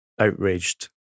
outraged